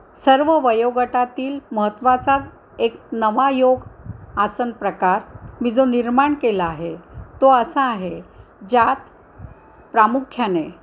सर्व वयोगटातील महत्त्वाचाच एक नवा योग आसन प्रकार मी जो निर्माण केला आहे तो असा आहे ज्यात प्रामुख्याने